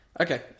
Okay